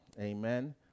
amen